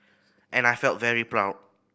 and I felt very proud